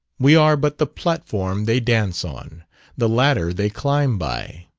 we are but the platform they dance on the ladder they climb by.